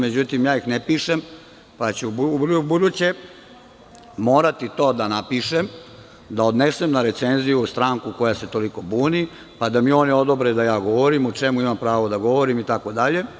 Međutim, ja ih ne pišem, pa ću uvek ubuduće morati to da napišem, da odnesem na recenziju u stranku koja se toliko buni, pa da mi oni odobre da ja govorim, o čemu imam pravo da govorim itd.